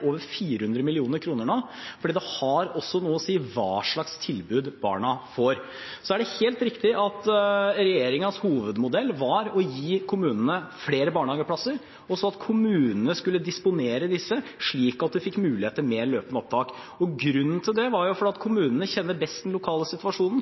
over 400 mill. kr nå – for det har også noe å si hva slags tilbud barna får. Så er det helt riktig at regjeringens hovedmodell var å gi kommunene flere barnehageplasser, og at kommunene skulle disponere disse, slik at de fikk mulighet til mer løpende opptak. Grunnen til det var